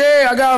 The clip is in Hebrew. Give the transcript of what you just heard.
אגב,